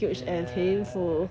ya